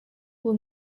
will